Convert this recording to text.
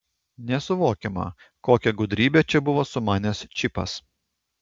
nesuvokiama kokią gudrybę čia buvo sumanęs čipas